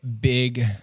big